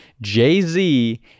jay-z